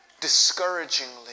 discouragingly